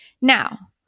Now